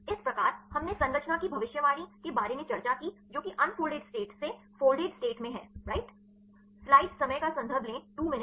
इस प्रकार हमने संरचना की भविष्यवाणी के बारे में चर्चा की जो कि अनफोल्डेड स्टेट से फोल्डेड स्टेट में है राइट